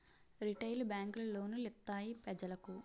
retail బేంకులు loan లిత్తాయి పెజలకు